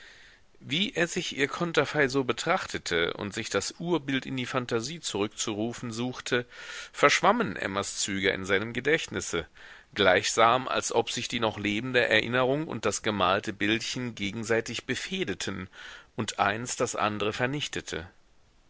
wie er sich ihr konterfei so betrachtete und sich das urbild in die phantasie zurückzurufen suchte verschwammen emmas züge in seinem gedächtnisse gleichsam als ob sich die noch lebende erinnerung und das gemalte bildchen gegenseitig befehdeten und eins das andre vernichtete